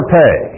pay